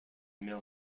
mill